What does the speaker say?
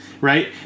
Right